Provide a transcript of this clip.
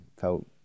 felt